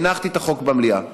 הנחתי את החוק במליאה.